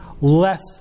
less